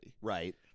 right